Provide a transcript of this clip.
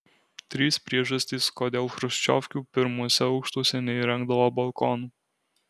trys priežastys kodėl chruščiovkių pirmuose aukštuose neįrengdavo balkonų